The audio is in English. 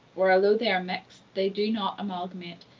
where, although they are mixed, they do not amalgamate,